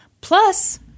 Plus